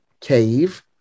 cave